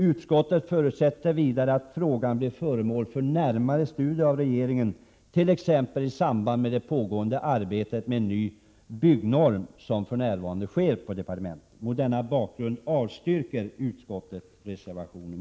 Utskottet förutsätter vidare att frågan blir föremål för närmare studier av regeringen, t.ex. i samband med det arbete med en ny byggnorm som för närvarande pågår på departementet. Mot denna bakgrund avstyrker utskottet motionen. Jag yrkar därför avslag på reservation 9.